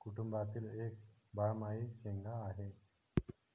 कुटुंबातील एक बारमाही शेंगा आहे